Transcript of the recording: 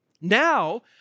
Now